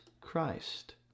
Christ